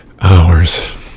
hours